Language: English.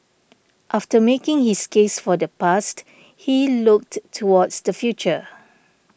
after making his case for the past he looked towards the future